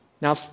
Now